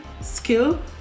skill